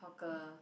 hawker